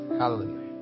hallelujah